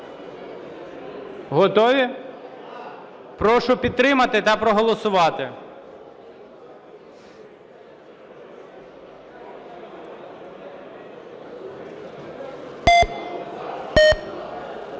Готові? Прошу підтримати та проголосувати.